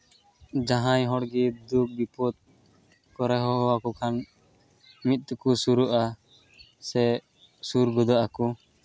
ᱡᱟᱦᱟᱸᱭ ᱦᱚᱲ ᱜᱮ ᱫᱩᱠᱼᱵᱤᱯᱚᱫ ᱠᱚᱨᱮ ᱦᱚᱦᱚᱣᱟᱠᱚ ᱠᱷᱟᱱ ᱢᱤᱫ ᱛᱮᱠᱚ ᱥᱩᱨᱩᱜᱼᱟ ᱥᱮ ᱥᱩᱨ ᱜᱚᱫᱚᱜᱼᱟ ᱠᱚ